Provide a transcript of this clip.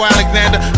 Alexander